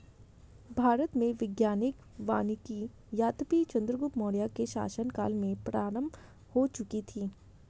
भारत में वैज्ञानिक वानिकी यद्यपि चंद्रगुप्त मौर्य के शासन काल में प्रारंभ हो चुकी थी